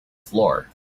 floor